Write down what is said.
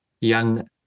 young